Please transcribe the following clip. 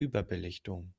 überbelichtung